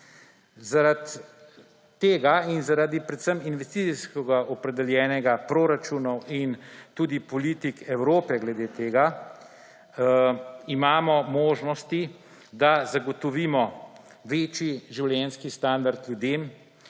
Zaradi tega in zaradi predvsem investicijsko opredeljenih proračunov in tudi politik Evrope glede tega imamo možnosti, da zagotovimo večji življenjski standard ljudem,